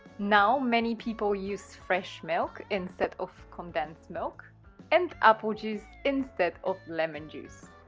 now many people use fresh milk instead of condensed milk and apple juice instead of lemon juice.